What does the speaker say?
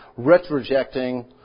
retrojecting